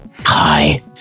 Hi